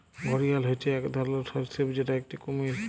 ঘড়িয়াল হচ্যে এক ধরলর সরীসৃপ যেটা একটি কুমির